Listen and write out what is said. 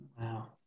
Wow